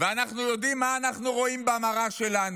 ואנחנו יודעים מה אנחנו רואים במראה שלנו.